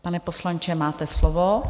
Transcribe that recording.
Pane poslanče, máte slovo.